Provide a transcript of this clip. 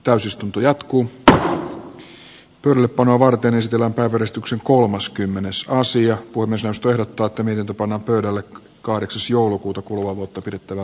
täysistunto keskeytetään lyhyttä taukoa varten stella porrastuksen kolmaskymmenes osia kun osastojen tuottaminen tuponopeudelle kahdeksas joulukuuta kuluvaa vuotta pidettävä